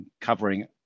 covering